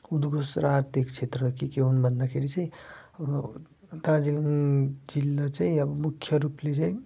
उद्घोष र आर्थिक क्षेत्र के के हुन् भन्दाखेरि चाहिँ अब दार्जिलिङ जिल्ला चाहिँ अब मुख्य रूपले चाहिँ